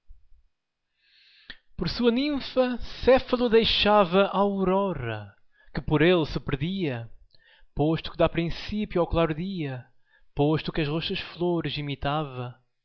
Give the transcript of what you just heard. por sua ninfa céfalo deixava aurora que por ele se perdia posto que dá princípio ao claro dia posto que as roxas flores imitava